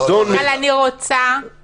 אבל אני רוצה להבין עיקרון מסדר.